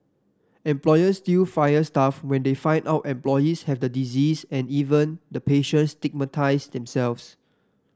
employers still fire staff when they find out an employees have the disease and even the patients stigmatise themselves